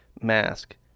mask